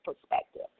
perspective